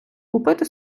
купити